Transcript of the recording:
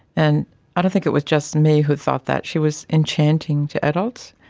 and i don't think it was just me who thought that, she was enchanting to adults,